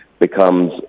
becomes